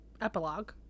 epilogue